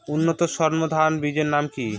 উন্নত সর্ন ধান বীজের নাম কি?